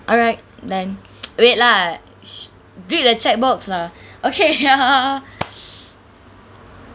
alright done wait lah read the chatbox lah okay ya